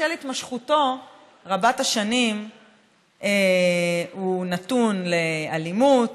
בשל התמשכותו רבת-השנים הוא נתון לאלימות,